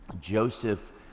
Joseph